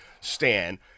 stan